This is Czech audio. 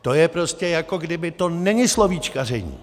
To je prostě, jako kdyby to není slovíčkaření.